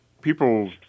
People